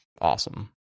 awesome